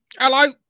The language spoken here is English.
Hello